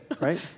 Right